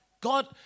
God